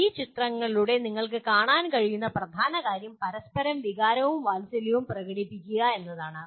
ഈ ചിത്രങ്ങളിലൂടെ നിങ്ങൾക്ക് കാണാൻ കഴിയുന്ന പ്രധാന കാര്യം പരസ്പരം വികാരവും വാത്സല്യവും പ്രകടിപ്പിക്കുക എന്നതാണ്